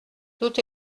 tout